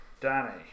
danny